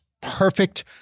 perfect